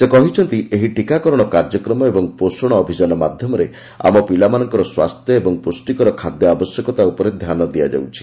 ସେ କହିଛନ୍ତି ଏହି ଟୀକାକରଣ କାର୍ଯ୍ୟକ୍ରମ ଓ ପୋଷଣ ଅଭିଯାନ ମାଧ୍ୟମରେ ଆମ ପିଲାମାନଙ୍କର ସ୍ୱାସ୍ଥ୍ୟ ଏବଂ ପୁଷ୍ଟିକର ଖାଦ୍ୟ ଆବଶ୍ୟକତା ଉପରେ ଧ୍ୟାନ ଦିଆଯାଉଛି